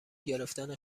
گرفتن